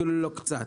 אפילו לא קצת.